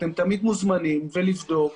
אתם תמיד מוזמנים לבדוק.